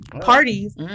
parties